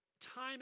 time